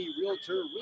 realtor